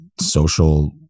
social